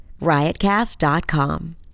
riotcast.com